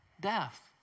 Death